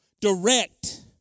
direct